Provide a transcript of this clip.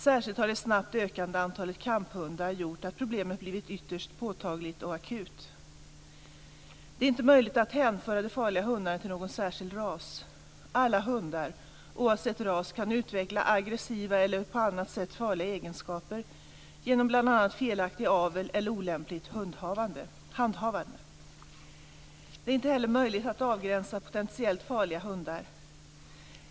Särskilt har det snabbt ökande antalet kamphundar gjort att problemet blivit ytterst påtagligt och akut. Det är inte möjligt att hänföra de farliga hundarna till någon särskild ras. Alla hundar, oavsett ras, kan utveckla aggressiva eller på annat sätt farliga egenskaper genom bl.a. felaktig avel eller olämpligt handhavande. Det är inte heller möjligt att avgränsa potentiellt farliga hundar.